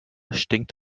stinkt